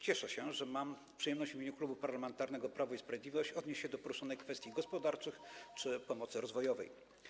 Cieszę się, że mam przyjemność w imieniu Klubu Parlamentarnego Prawo i Sprawiedliwość odnieść się do poruszonych kwestii gospodarczych oraz pomocy rozwojowej.